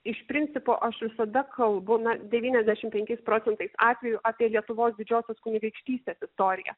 iš principo aš visada kalbu na devyniasdešim penkiais procentais atvejų apie lietuvos didžiosios kunigaikštystės istoriją